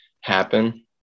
happen